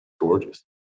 Gorgeous